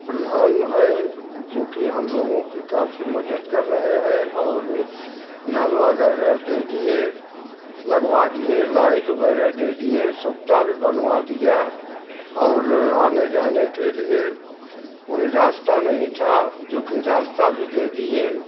प्रधान हैं जो कि हम लोगों की काफी मदद कर रहे हैं और नल वगैरह दे दिए लगवा दिए लाइट वगैरह दे दिए सुपता भी बनवा दिया और आने जाने के लिए कोई रास्ता नहीं था जो कि रास्ता भी दे दिए